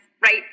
Right